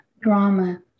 drama